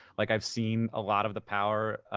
like, i've seen a lot of the power